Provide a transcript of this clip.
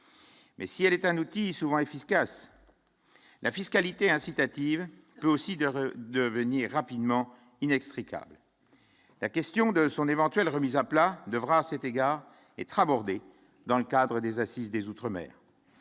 Mais si elle est un outil souvent efficace : la fiscalité incitative aussi de devenir rapidement inextricable la question de son éventuelle remise à plat devra, à cet égard étrave order dans le cadre des Assises des Outre-Mer.